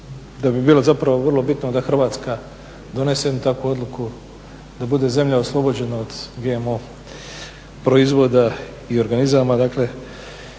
da bi bilo zapravo vrlo bitno da Hrvatska donese jednu takvu odluku da bude zemlja oslobođena od GMO proizvoda i organizama